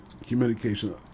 communication